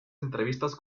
entrevistas